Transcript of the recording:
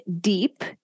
deep